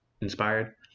inspired